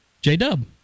J-Dub